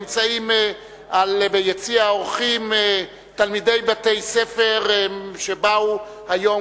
נמצאים ביציע האורחים תלמידי בתי-ספר שבאו היום